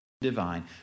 divine